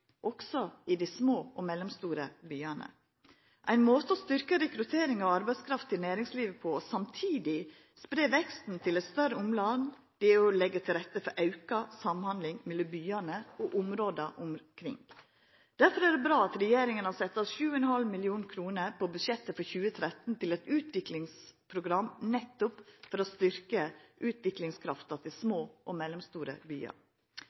også i dei små og mellomstore byane. Ein måte å styrkja rekrutteringa av arbeidskraft til næringslivet på, og samtidig spreia veksten til eit større omland, er å leggja til rette for auka samhandling mellom byane og områda omkring. Derfor er det bra at regjeringa har sett av 7,5 mill. kr på budsjettet for 2013 til eit utviklingsprogram for å styrkja nettopp utviklingskrafta til små og mellomstore byar.